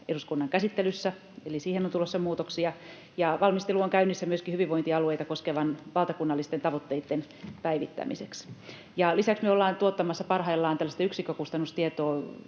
eduskunnan käsittelyssä, eli siihen on tulossa muutoksia. Valmistelu on käynnissä myöskin hyvinvointialueita koskevien valtakunnallisten tavoitteitten päivittämiseksi. Lisäksi me ollaan tuottamassa parhaillaan tällaista yksikkökustannustietoa